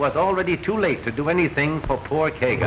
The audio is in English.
was already too late to do anything for poor